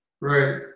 Right